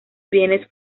bienes